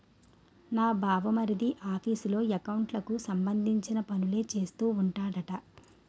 నా బావమరిది ఆఫీసులో ఎకౌంట్లకు సంబంధించిన పనులే చేస్తూ ఉంటాడట